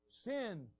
Sin